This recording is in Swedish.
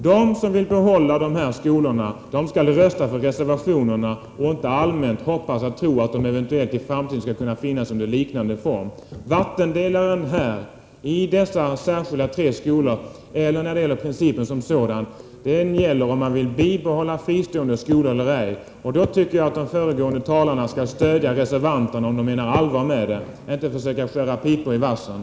De som vill behålla de här skolorna skall rösta för reservationerna och inte allmänt hoppas och tro att de skall kunna finnas i en liknande form i framtiden. Vattendelaren finns mellan de två uppfattningarna: Om man vill behålla särskilda fristående skolor eller om man inte vill göra det. Jag tycker att de föregående talarna skall stödja reservanterna om de menar allvar med vad de har sagt, inte försöka skära pipor i vassen.